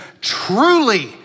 truly